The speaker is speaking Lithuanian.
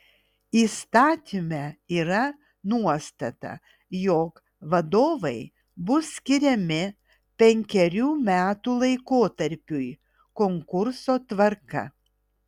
įstatyme yra nuostata jog vadovai bus skiriami penkerių metų laikotarpiui konkurso tvarka